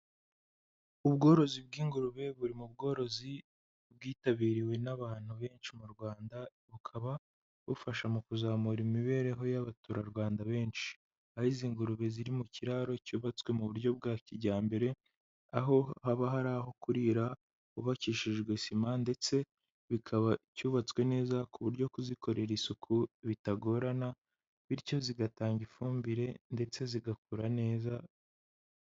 Ubworozi bw'ingurube buri mu bworozi bwitabiriwe n'abantu benshi mu Rwanda, bukaba bufasha mu kuzamura imibereho y'abaturarwanda benshi. Aho izi ngurube ziri mu kiraro cyubatswe mu buryo bwa kijyambere, aho haba hari aho kurira hubakishijwe sima, ndetse bikaba cyubatswe neza ku buryo kuzikorera isuku bitagorana, bityo zigatanga ifumbire ndetse zigakura neza.